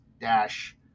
dash